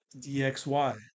DXY